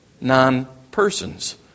non-persons